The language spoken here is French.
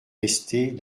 restés